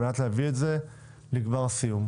על מנת להביא את זה לכדי סיום?